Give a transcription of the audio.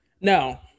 No